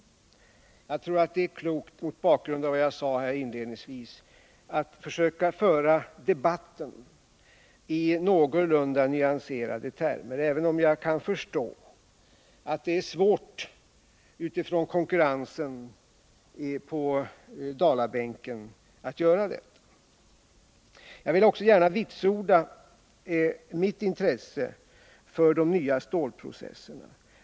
Jag tror att det är klokt, mot bakgrund av vad jag sade inledningsvis, att försöka föra debatten i någorlunda nyanserade termer, även om jag kan förstå att det är svårt utifrån konkurrensen på Dalabänken att göra detta. Jag vill också gärna vitsorda mitt intresse för de nya stålprocesserna.